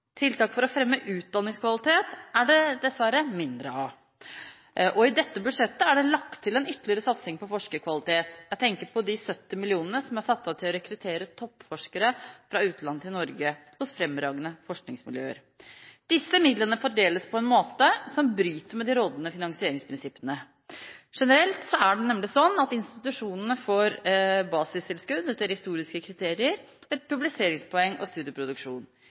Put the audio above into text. Tiltak for å fremme utdanningskvalitet er det dessverre mindre av. Og i dette budsjettet er det lagt til en ytterligere satsing på forskerkvalitet; jeg tenker på de 70 mill. kr som er satt av til å rekruttere toppforskere fra utlandet til Norge, hos fremragende forskningsmiljøer. Disse midlene fordeles på en måte som bryter med de rådende finansieringsprinsippene. Generelt er det nemlig sånn at institusjonene får basistilskudd etter historiske kriterier, etter publiseringspoeng og studieproduksjon.